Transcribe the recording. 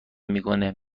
میکنه